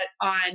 on